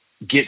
get